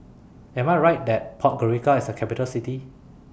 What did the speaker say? Am I Right that Podgorica IS A Capital City